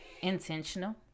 intentional